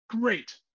great